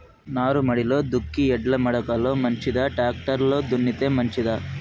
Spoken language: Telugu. నారుమడిలో దుక్కి ఎడ్ల మడక లో మంచిదా, టాక్టర్ లో దున్నితే మంచిదా?